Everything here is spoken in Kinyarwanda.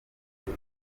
ubu